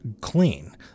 clean